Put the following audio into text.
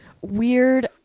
weird